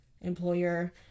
employer